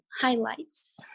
highlights